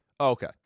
Okay